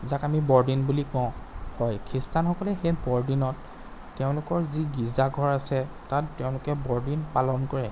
যাক আমি বৰদিন বুলি কওঁ হয় খৃষ্টানসকলে সেই বৰদিনত তেওঁলোকৰ যি গীৰ্জাঘৰ আছে তাত তেওঁলোকে বৰদিন পালন কৰে